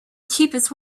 cheapest